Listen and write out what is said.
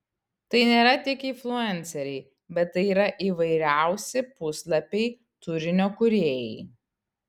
tai nėra tik influenceriai bet tai yra įvairiausi puslapiai turinio kūrėjai